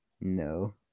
No